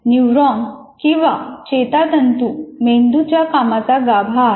neurons किंवा चेतातांतू मेंदूच्या कामाचा गाभा आहे